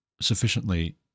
sufficiently